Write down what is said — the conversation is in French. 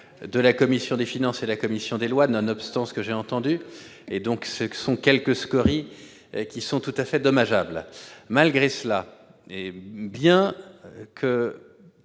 de la commission des finances et celle de la commission des lois, nonobstant ce que j'ai entendu. Il s'agit de quelques scories qui sont tout à fait dommageables. Malgré cela et bien